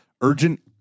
urgent